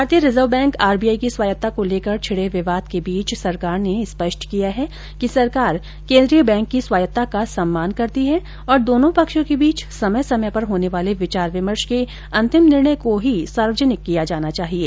भारतीय reserve bank RBI की स्वायत्तता को लेकर छिड़े विवाद के बीच सरकार ने स्पष्ट किया है कि सरकार केंद्रीय बैंक की स्वायत्तता का सम्मान करती है और दोनों पक्षों के बीच समय समय पर होने वाले विचार विमर्श के अंतिम निर्णय को ही सार्वजनिक किया जाना चाहिये